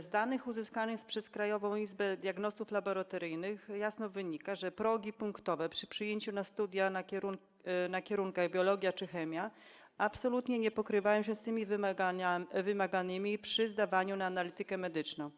Z danych uzyskanych przez Krajową Izbę Diagnostów Laboratoryjnych jasno wynika, że progi punktowe przy przyjęciu na studia na kierunkach biologia czy chemia absolutnie nie pokrywają się z tymi wymaganymi przy zdawaniu na analitykę medyczną.